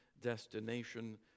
destination